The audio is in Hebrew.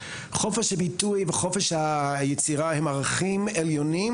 חופש הביטוי וחופש היצירה הם ערכים עליונים